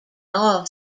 oil